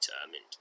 determined